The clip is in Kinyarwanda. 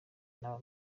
n’aba